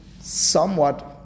somewhat